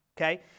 okay